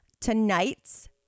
Tonight's